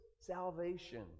salvation